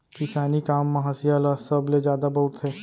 किसानी काम म हँसिया ल सबले जादा बउरथे